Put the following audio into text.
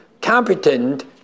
competent